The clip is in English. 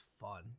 fun